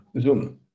Zoom